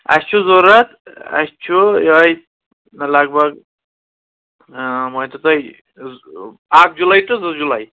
اَسہِ چھُ ضروٗرت اَسہِ چھُ یِہَے لگ بگ مٲنۍتو تُہۍ اَکھ جُلایی تہٕ زٕ جُلایی